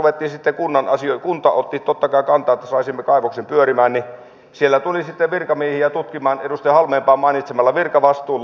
kunta otti totta kai kantaa että saisimme kaivoksen pyörimään ja sinne tuli sitten virkamiehiä tutkimaan edustaja halmeenpään mainitsemalla virkavastuulla